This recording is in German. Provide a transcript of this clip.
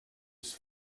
ist